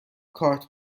کارت